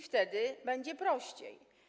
Wtedy będzie prościej.